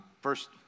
first